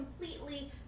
completely